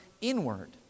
inward